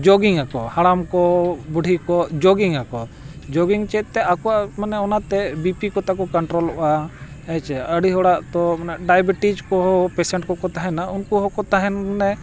jogging ᱟᱠᱚ ᱦᱟᱲᱟᱢ ᱠᱚ ᱵᱩᱰᱷᱤ ᱠᱚ ᱡᱳᱜᱤᱝ ᱟᱠᱚ ᱡᱚᱜᱤᱝ ᱪᱮᱫ ᱛᱮ ᱟᱠᱚᱣᱟᱜ ᱢᱟᱱᱮ ᱚᱱᱟᱛᱮ ᱵᱤ ᱯᱤ ᱠᱚ ᱛᱟᱠᱚ ᱠᱚᱱᱴᱨᱳᱞ ᱚᱜᱼᱟ ᱦᱮᱸᱥᱮ ᱟᱹᱰᱤ ᱦᱚᱲᱟᱜ ᱛᱚ ᱢᱟᱱᱮ ᱰᱟᱭᱟᱵᱤᱴᱤᱥ ᱠᱚᱦᱚᱸ ᱯᱮᱥᱮᱱᱴ ᱠᱚᱠᱚ ᱛᱟᱦᱮᱱᱟ ᱩᱱᱠᱩ ᱦᱚᱸᱠᱚ ᱛᱟᱦᱮᱱ ᱚᱱᱮ